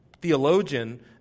theologian